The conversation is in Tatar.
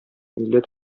милләт